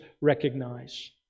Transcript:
recognize